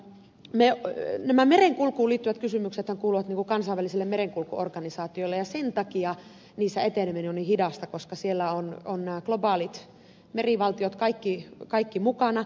nämä merenkulkuun liittyvät kysymyksethän kuuluvat kansainvälisille merenkulkuorganisaatioille ja sen takia niissä eteneminen on niin hidasta koska siellä ovat nämä globaalit merivaltiot kaikki mukana